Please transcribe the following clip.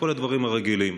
כל הדברים הרגילים.